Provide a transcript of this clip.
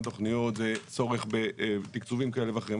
תוכניות זה צורך בתקצובים כאלה ואחרים.